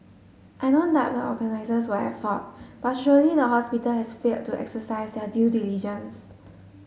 I don't doubt the organisers were at fault but surely the hospital has failed to exercise their due diligence